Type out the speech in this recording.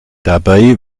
dabei